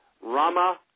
Rama